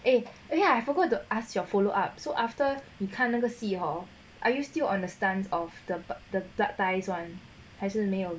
eh eh ya I forgot to ask your follow up so after 你看那个戏 hor are you still on the stance of the the blood ties [one] 还是没有